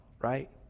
right